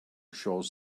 shows